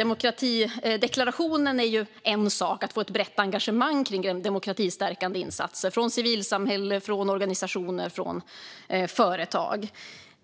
Demokratideklarationen är en sak - det handlar om att få ett brett engagemang kring demokratistärkande insatser från civilsamhälle, organisationer och företag.